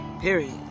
period